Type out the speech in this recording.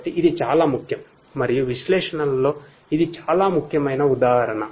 కాబట్టి ఇది చాలా ముఖ్యం మరియు విశ్లేషణలలొ ఇది చాలా ముఖ్యమైన ఉదాహరణ